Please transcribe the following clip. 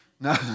No